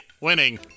Winning